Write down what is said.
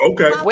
Okay